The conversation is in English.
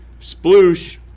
Sploosh